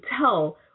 tell